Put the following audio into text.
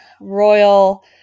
Royal